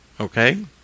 Okay